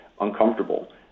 uncomfortable